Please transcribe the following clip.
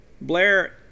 Blair